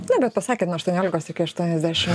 na bet pasakėt nuo aštuoniolikos iki aštuoniasdešim